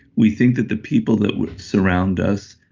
we think that the people that would surround us,